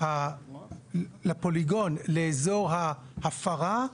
לאזור ההפרה,